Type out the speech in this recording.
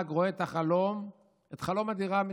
ורק רואה את חלום הדירה מתרחק.